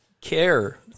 care